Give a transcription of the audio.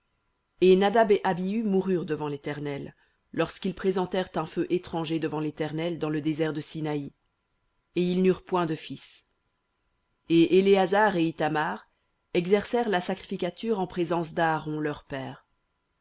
et nadab et abihu moururent devant l'éternel lorsqu'ils présentèrent un feu étranger devant l'éternel dans le désert de sinaï et ils n'eurent point de fils et éléazar et ithamar exercèrent la sacrificature en présence d'aaron leur père